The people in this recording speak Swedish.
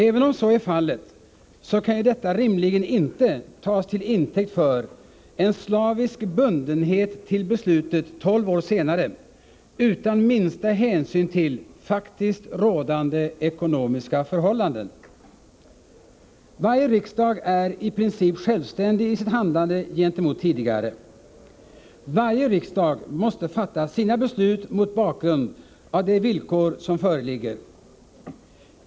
Även om så är fallet kan ju detta rimligen inte tas till intäkt för en slavisk bundenhet till beslutet tolv år senare utan minsta hänsyn till faktiskt rådande ekonomiska förhållanden. Varje riksdag är i princip självständig i sitt handlande gentemot tidigare riksdagar. Varje riksdag måste fatta sina beslut mot bakgrund av de villkor som föreligger.